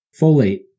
Folate